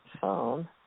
phone